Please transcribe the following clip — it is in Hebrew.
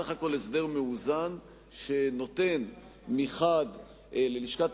הוא בסך הכול הסדר מאוזן שנותן מחד גיסא ללשכת